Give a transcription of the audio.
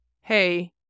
hey